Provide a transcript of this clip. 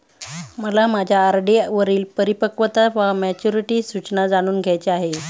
मला माझ्या आर.डी वरील परिपक्वता वा मॅच्युरिटी सूचना जाणून घ्यायची आहे